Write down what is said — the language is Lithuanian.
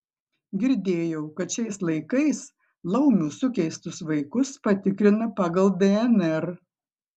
girdėjau kad šiais laikais laumių sukeistus vaikus patikrina pagal dnr